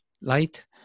light